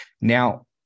Now